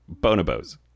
Bonobos